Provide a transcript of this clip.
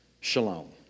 shalom